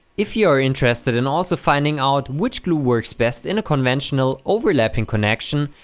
if you are interested in also finding out which glue works best in a conventional, overlapping connection,